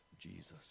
Jesus